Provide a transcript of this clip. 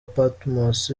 patmos